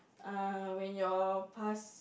uh when your past